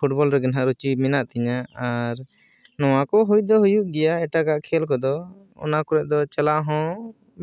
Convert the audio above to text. football ᱨᱮᱜᱟ ᱱᱟᱜ ᱨᱩᱪᱤ ᱢᱮᱱᱟᱜ ᱛᱤᱧᱟᱹ ᱟᱨ ᱱᱚᱣᱟ ᱠᱚ ᱦᱩᱭ ᱫᱚ ᱦᱩᱭᱩᱜ ᱜᱮᱭᱟ ᱮᱴᱟᱜᱟᱜ ᱠᱷᱮᱞ ᱠᱚᱫᱚ ᱚᱱᱟ ᱠᱚᱨᱮᱫ ᱫᱚ ᱪᱟᱞᱟᱣ ᱦᱚᱸ